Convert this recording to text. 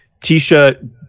Tisha